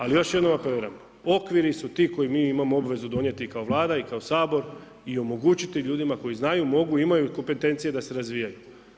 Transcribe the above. Ali još jednom apeliram, okviri su ti koji mi imamo obvezu donijeti kao Vlada i kao Sabor i omogućiti ljudima koji znaju, mogu, imaju kompetencije da se razvijaju.